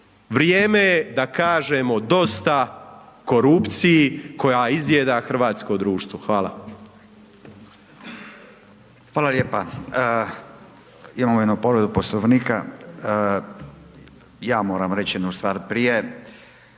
Vrijeme je da kažemo dosta korupciji, koja izjeda hrvatsko društvo. Hvala. **Radin, Furio (Nezavisni)** Hvala lijepo. Imamo 1 povredu poslovnika, ja moram reći jednu stvar prije,